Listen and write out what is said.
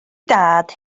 dad